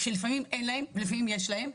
כשלפעמים אין להם ולפעמים יש להם.